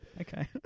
Okay